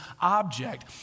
object